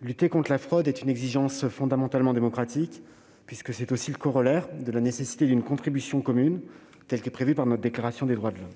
lutter contre la fraude est une exigence fondamentalement démocratique, puisque c'est le corollaire de la nécessité d'une contribution commune telle que la prévoit la Déclaration des droits de l'homme